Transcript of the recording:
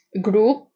group